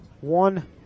one